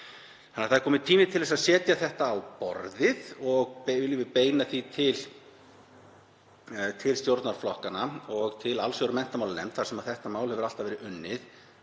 Það er kominn tími til að setja þetta á borðið og viljum við beina því til stjórnarflokkanna og til allsherjar- og menntamálanefndar, þar sem þetta mál hefur alltaf verið unnið,